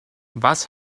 was